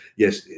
Yes